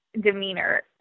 demeanor